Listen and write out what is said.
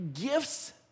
gifts